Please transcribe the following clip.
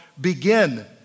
begin